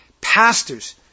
Pastors